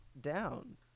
down